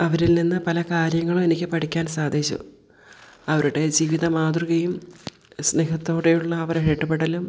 അവരിൽ നിന്ന് പല കാര്യങ്ങളും എനിക്ക് പഠിക്കാൻ സാധിച്ചു അവരുടെ ജീവിത മാതൃകയും സ്നേഹത്തോടെയുള്ള അരുടെ ഇടപെടലും